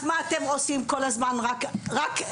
אז מה אתם עושים כל הזמן רק אליטיזם?